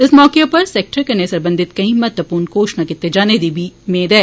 इस मौके उप्पर इस सैक्टर कन्नै सरबंधत केईं महत्वपूर्ण घोशणां कीते जाने दी बी मेद ऐ